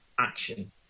action